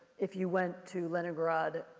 if you went to leningrad,